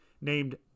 named